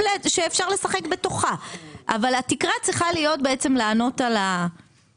פיסקלית שבאמת ככל הנראה התקציב מגיע לנקודה שהיא בעייתית עבור